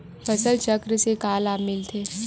फसल चक्र से का लाभ मिलथे?